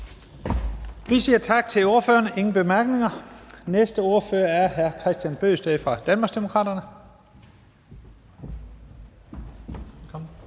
Vi siger tak til ordføreren. Der er ingen korte bemærkninger. Næste ordfører er hr. Kristian Bøgsted fra Danmarksdemokraterne.